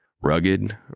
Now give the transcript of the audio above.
Rugged